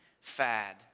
fad